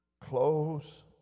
clothes